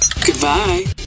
Goodbye